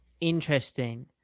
Interesting